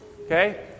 okay